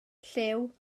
llyw